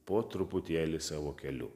po truputėlį savo keliu